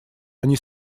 они